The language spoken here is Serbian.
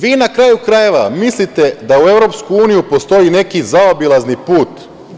Vi na kraju krajeva mislite da u EU postoji neki zaobilazni put.